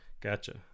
Gotcha